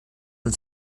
und